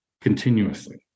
continuously